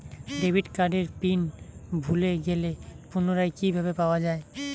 Debit কার্ডের pin ভুলে গেলে পুনরায় কিভাবে পাওয়া য়ায়?